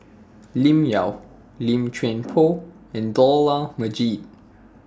Lim Yau Lim Chuan Poh and Dollah Majid